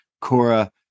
Cora